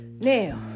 Now